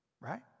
Right